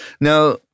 Now